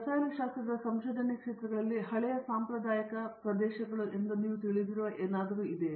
ರಸಾಯನ ಶಾಸ್ತ್ರದ ಸಂಶೋಧನೆಯ ಕ್ಷೇತ್ರಗಳಲ್ಲಿ ನೀವು ಹಳೆಯ ಸಾಂಪ್ರದಾಯಿಕ ಎಂದು ತಿಳಿದಿರುವ ಪ್ರದೇಶಗಳು ಇದೆಯೇ